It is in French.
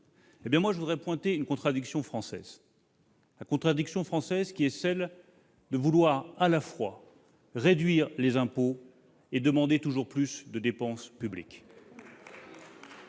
Eh bien, moi, je voudrais pointer une contradiction française, qui est celle de vouloir à la fois réduire les impôts et demander toujours plus de dépenses publiques